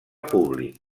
públic